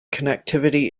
connectivity